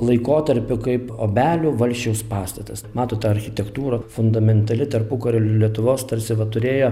laikotarpiu kaip obelių valsčiaus pastatas matot ta architektūra fundamentali tarpukario lietuvos tarsi va turėjo